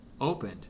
opened